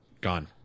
gone